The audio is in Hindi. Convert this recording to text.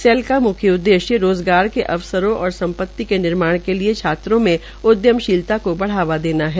सेल का म्ख्य उद्देश्य रोजगारों के अवसरसों और संपत्ति के निर्माण के लिए छात्रों में उदयमशीलता को बढ़ावा देना है